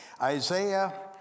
Isaiah